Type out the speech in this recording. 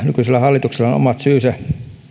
nykyisellä hallituksella on omat syynsä